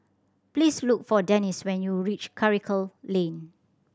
please look for Denis when you reach Karikal Lane